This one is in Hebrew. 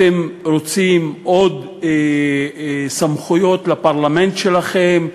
אתם רוצים עוד סמכויות לפרלמנט שלכם,